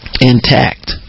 intact